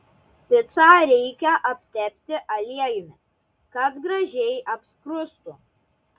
picą reikia aptepti aliejumi kad gražiai apskrustų